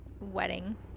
wedding